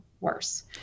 worse